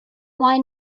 why